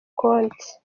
konti